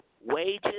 wages